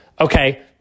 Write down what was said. Okay